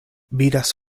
vidas